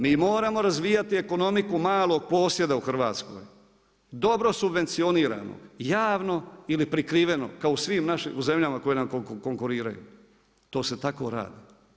Mi moramo razvijati ekonomiku malog posjeda u Hrvatskoj, dobro subvencionirano, javno ili prikriveno, kao i u svim našim zemljama koje nam konkuriraju, to se tako radi.